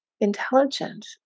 intelligent